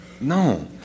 No